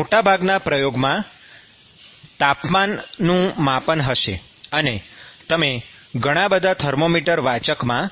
મોટાભાગના પ્રયોગોમાં તાપમાનનું માપન હશે અને તમે ઘણા બધા થર્મોમીટર વાચકમાં